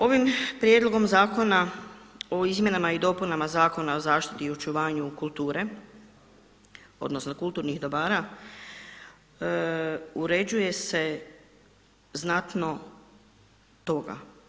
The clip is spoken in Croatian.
Ovim prijedlogom zakona o Izmjenama i dopunama Zakona o zaštiti i očuvanju kulture odnosno kulturnih dobara uređuje se znatno toga.